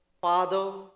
Father